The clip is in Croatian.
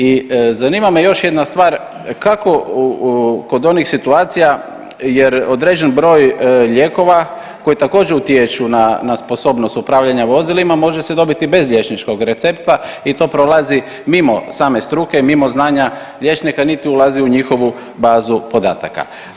I zanima me još jedna stvar kako kod onih situacija jer određen broj lijekova koji također utječu na sposobnost upravljanja vozilima može se dobiti bez liječničkog recepta i to prolazi mimo same struke i mimo znanja liječnika niti ulazi u njihovu bazu podataka.